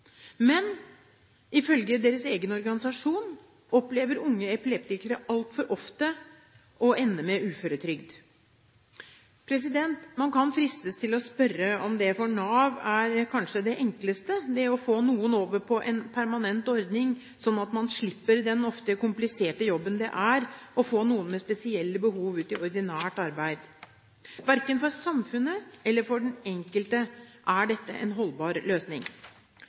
Men ifølge deres egen organisasjon opplever unge epileptikere altfor ofte å ende med uføretrygd. Man kan fristes til å spørre om det for Nav kanskje er det enkeleste å få noen over på en permanent ordning, slik at man slipper den ofte kompliserte jobben det er å få noen med spesielle behov ut i ordinært arbeid. Verken for samfunnet eller for den enkelte er dette en holdbar løsning.